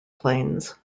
planes